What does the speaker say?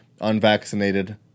unvaccinated